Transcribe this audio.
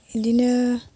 बिदिनो